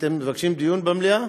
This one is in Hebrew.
אתם מבקשים דיון במליאה?